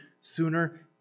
sooner